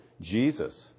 Jesus